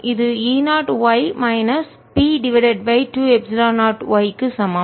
இது E 0 y minus P divided by 2 epsilon 0 y க்கு சமம்